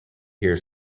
here